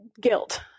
guilt